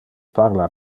parla